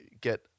get